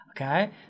Okay